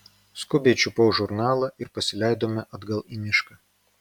skubiai čiupau žurnalą ir pasileidome atgal į mišką